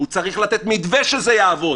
הוא צריך לתת מתווה כדי שזה יעבוד.